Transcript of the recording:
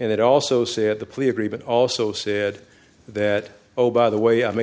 and it also said the plea agreement also said that oh by the way i made a